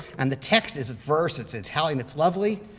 and the text is adverse. it's italian. it's lovely.